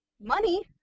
money